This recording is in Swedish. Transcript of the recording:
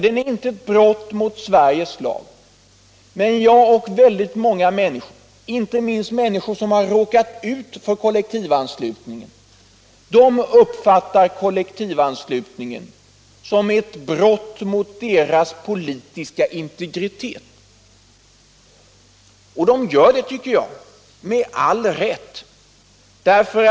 Den är inte ett brott emot Sveriges lag, men jag och väldigt många med mig - inte minst människor som har råkat ut för kollektivanslutningen — uppfattar den som ett brott mot den politiska integriteten, och jag tycker att man gör det med all rätt.